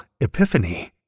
Epiphany